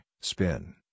spin